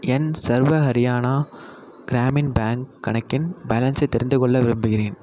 என் Sarva Haryana Gramin bank கணக்கின் பேலன்ஸை தெரிந்துகொள்ள விரும்புகிறேன்